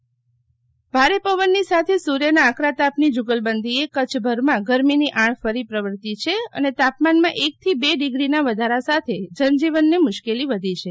ચંદ્રવદન પટણી હવામાનઃ ભારે પવનની સાથે સૂર્યના આકરા તાપની જુગલબંધીએ કચ્છભરમાં ગરમીની આણ ફરી પ્રવર્તાવી છે અને તાપમાનમાં એકથી બે ડિગ્રીના વધારા સાથે જનજીવન ને મુશ્કેલી વધી છે